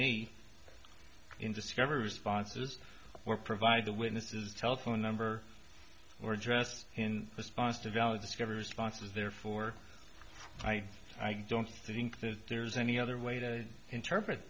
meet in discovers sponsors or provide the witnesses telephone number or address in response to valid discovers sponsors therefore i don't think that there's any other way to interpret